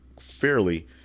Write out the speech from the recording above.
fairly